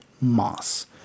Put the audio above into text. Moss